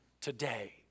today